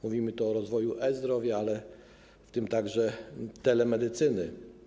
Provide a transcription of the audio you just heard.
Mówimy tu o rozwoju e-zdrowia, ale w tym także telemedycyny.